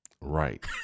Right